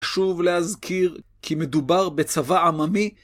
חשוב להזכיר כי מדובר בצבא עממי.